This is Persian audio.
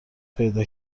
پیدا